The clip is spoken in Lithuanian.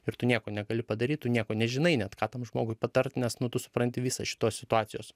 ir tu nieko negali padaryt tu nieko nežinai net ką tam žmogui patart nes nu tu supranti visą šitos situacijos